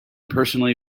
personally